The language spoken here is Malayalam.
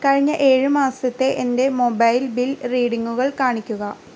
കഴിഞ്ഞ ഏഴ് മാസത്തെ എൻ്റെ മൊബൈൽ ബിൽ റീഡിംഗുകൾ കാണിക്കുക